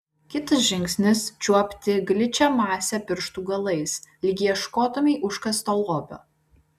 kitas žingsnis čiuopti gličią masę pirštų galais lyg ieškotumei užkasto lobio